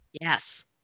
Yes